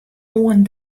oan